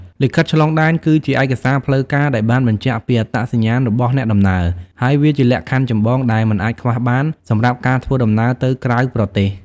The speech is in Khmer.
លិខិតឆ្លងដែនគឺជាឯកសារផ្លូវការដែលបានបញ្ជាក់ពីអត្តសញ្ញាណរបស់អ្នកដំណើរ ហើយវាជាលក្ខខណ្ឌចម្បងដែលមិនអាចខ្វះបានសម្រាប់ការធ្វើដំណើរទៅក្រៅប្រទេស។